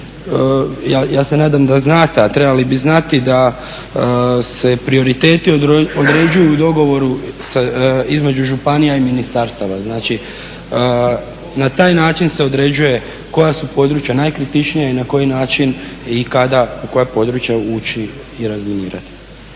ja se nadam da znate, a trebali bi znati da se prioriteti određuju u dogovoru između županija i ministarstava. Znači, na taj način se određuje koja su područja najkritičnija i na koji način i kada u koja područja ući i razminirati.